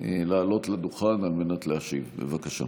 לעלות לדוכן על מנת להשיב, בבקשה.